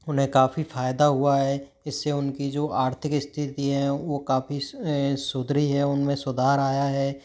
उन्हें काफ़ी फायदा हुआ है इससे उनकी जो आर्थिक स्थिति है वो काफ़ी सुधरी है उनमें सुधार आया है